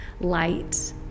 light